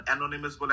Anonymous